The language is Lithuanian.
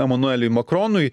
emanueliui makronui